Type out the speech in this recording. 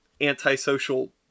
antisocial